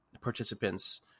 participants